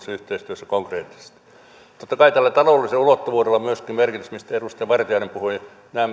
yhteistyössä konkreettisesti totta kai tällä taloudellisella ulottuvuudella on myöskin merkitystä mistä edustaja vartiainen puhui